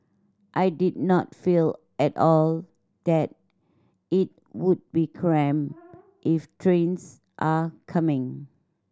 I did not feel at all that it would be cramped if trains are coming